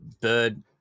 bird